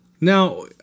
Now